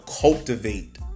cultivate